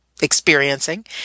experiencing